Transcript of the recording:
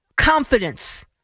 Confidence